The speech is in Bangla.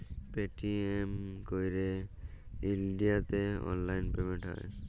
পেটিএম এ ক্যইরে ইলডিয়াতে অললাইল পেমেল্ট হ্যয়